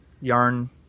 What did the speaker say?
yarn